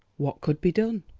what could be done?